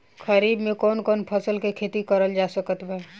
खरीफ मे कौन कौन फसल के खेती करल जा सकत बा?